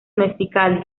mexicali